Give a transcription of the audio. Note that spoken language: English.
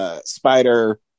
Spider